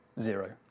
Zero